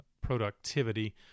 productivity